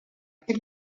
could